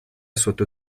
sotto